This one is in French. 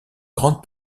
grande